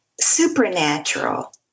supernatural